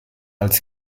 als